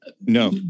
No